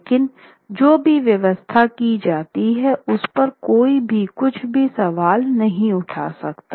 लेकिन जो भी व्यवस्था की जाती है उसपर कोई भी कुछ भी सवाल नहीं उठा सकता